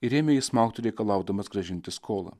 ir ėmė jį smaugti reikalaudamas grąžinti skolą